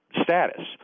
status